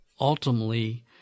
ultimately –